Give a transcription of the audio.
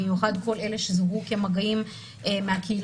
במיוחד כל אלה שזוהו כמגעים מהקהילה,